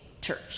church